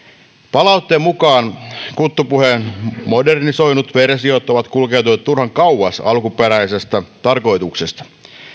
palautteen mukaan kuttupuheen modernisoidut versiot ovat kulkeutuneet turhan kauas alkuperäisestä tarkoituksesta